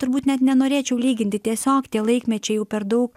turbūt net nenorėčiau lyginti tiesiog tie laikmečiai jau per daug